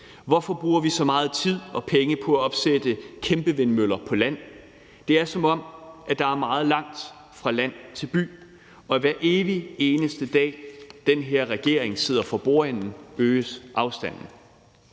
Hvorfor bruger vi så meget tid og så mange penge på at opsætte kæmpevindmøller på land? Det er, som om der er meget langt fra land til by, og hver evig eneste dag den her regering sidder for bordenden, øges afstanden.